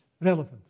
relevant